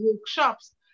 workshops